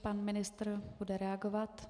Pan ministr bude reagovat.